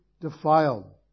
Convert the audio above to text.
defiled